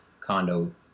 condo